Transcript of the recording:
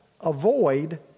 Avoid